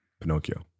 Pinocchio